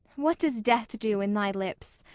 what does death do in thy lips?